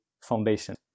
foundation